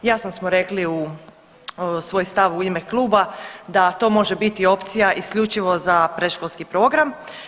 Jasno smo rekli svoj stav u ime kluba da to može biti opcija isključivo za predškolski program.